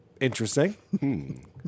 Interesting